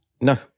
No